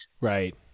Right